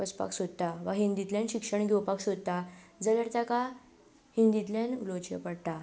वचपाक सोदता वा हिंदींतल्यान शिक्षण घेवपाक सोदता जाल्यार ताका हिंदींतल्यान उलोवचें पडटा